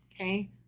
Okay